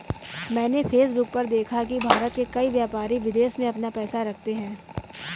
मैंने फेसबुक पर देखा की भारत के कई व्यापारी विदेश में अपना पैसा रखते हैं